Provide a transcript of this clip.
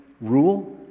rule